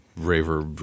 raver